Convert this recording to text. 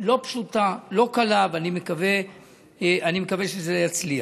לא פשוטה, לא קלה, ואני מקווה שזה יצליח.